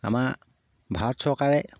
আমাৰ ভাৰত চৰকাৰে